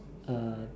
uh